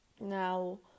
Now